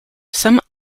some